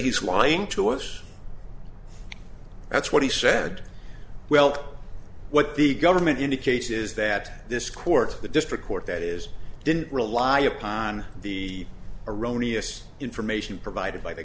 he's lying to us that's what he said well what the government indicates is that this court the district court that is didn't rely upon the erroneous information provided by the